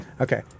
Okay